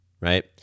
right